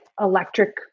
electric